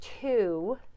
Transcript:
two